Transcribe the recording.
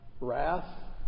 Wrath